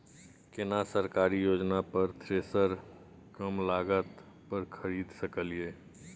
केना सरकारी योजना पर थ्रेसर कम लागत पर खरीद सकलिए?